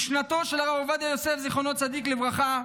משנתו של הרב עובדיה יוסף, זכר צדיק לברכה,